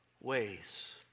ways